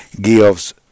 gives